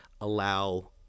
allow